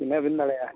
ᱵᱷᱤᱱᱟᱹ ᱵᱤᱱ ᱫᱟᱲᱮᱭᱟᱜᱼᱟ